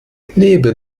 lebe